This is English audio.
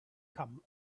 come